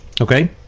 okay